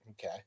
Okay